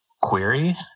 query